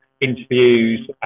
interviews